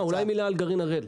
אולי מילה על גרעין הראל.